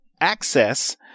access